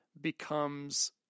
becomes